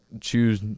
choose